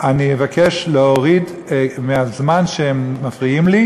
אני אבקש להוריד את הזמן שהם מפריעים לי,